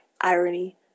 irony